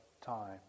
time